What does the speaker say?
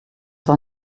war